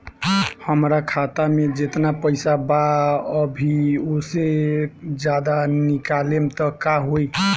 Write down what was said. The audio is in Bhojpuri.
हमरा खाता मे जेतना पईसा बा अभीओसे ज्यादा निकालेम त का होई?